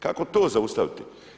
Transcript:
Kako to zaustaviti?